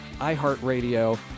iHeartRadio